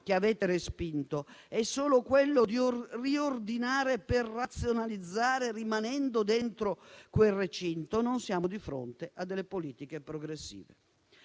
che avete respinto - è solo quello di riordinare per razionalizzare rimanendo dentro quel recinto, non siamo di fronte a politiche progressive.